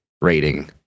rating